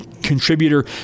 contributor